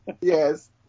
Yes